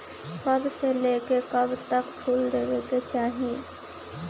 कब से लेके कब तक फुल देवे के चाही?